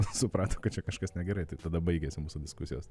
suprato kad čia kažkas negerai tai tada baigėsi mūsų diskusijos